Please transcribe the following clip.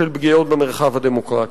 של פגיעות במרחב הדמוקרטי.